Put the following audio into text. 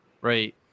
right